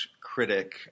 critic